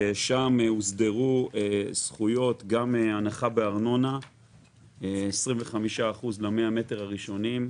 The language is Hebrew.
שם הוסדרו זכויות כמו הנחה של 25% בארנונה ל-100 מטר הראשונים.